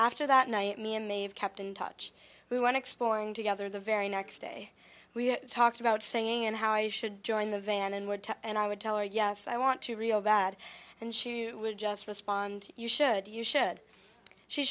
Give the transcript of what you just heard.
that night me and may have kept in touch we want to exploring together the very next day we talked about singing and how i should join the van and where to and i would tell her yes i want to real bad and she would just respond you should you should she